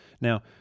Now